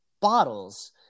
bottles